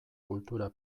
kultura